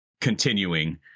continuing